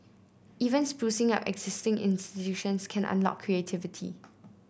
even sprucing up existing institutions can unlock creativity